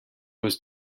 was